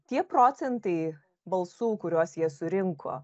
tie procentai balsų kuriuos jie surinko